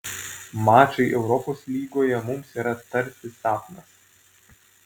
mačai europos lygoje mums yra tarsi sapnas